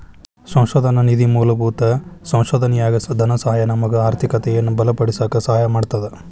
ಸಂಶೋಧನಾ ನಿಧಿ ಮೂಲಭೂತ ಸಂಶೋಧನೆಯಾಗ ಧನಸಹಾಯ ನಮಗ ಆರ್ಥಿಕತೆಯನ್ನ ಬಲಪಡಿಸಕ ಸಹಾಯ ಮಾಡ್ತದ